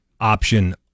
option